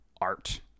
art